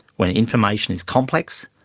when information is complex,